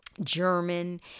German